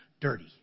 dirty